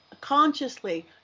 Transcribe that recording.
consciously